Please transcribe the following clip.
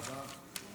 תודה רבה.